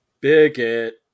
Bigot